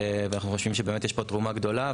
אנחנו חושבים שיש פה באמת תרומה גדולה,